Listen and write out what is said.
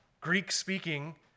Greek-speaking